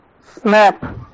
Snap